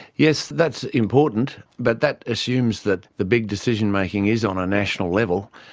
yes, that's important, but that assumes that the big decision-making is on a national level.